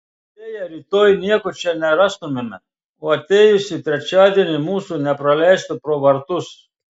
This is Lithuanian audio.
atėję rytoj nieko čia nerastumėme o atėjusių trečiadienį mūsų nepraleistų pro vartus